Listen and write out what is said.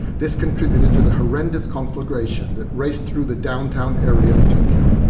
this contributed to the horrendous conflagration that raced through the downtown area of tokyo.